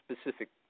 specific